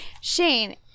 Shane